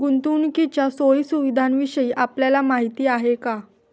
गुंतवणुकीच्या सोयी सुविधांविषयी आपल्याला माहिती आहे का?